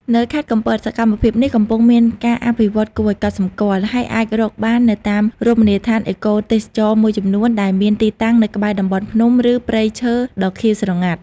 នៅខេត្តកំពត សកម្មភាពនេះកំពុងតែមានការអភិវឌ្ឍគួរឱ្យកត់សម្គាល់ ហើយអាចរកបាននៅតាមរមណីយដ្ឋានអេកូទេសចរណ៍មួយចំនួនដែលមានទីតាំងនៅក្បែរតំបន់ភ្នំ ឬព្រៃឈើដ៏ខៀវស្រងាត់។